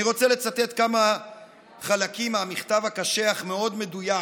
אני רוצה לצטט כמה חלקים מהמכתב הקשה אך מאוד מדויק.